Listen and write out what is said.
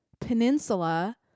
Peninsula